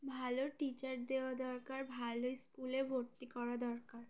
ভালো টিচার দেওয়া দরকার ভালো স্কুলে ভর্তি করা দরকার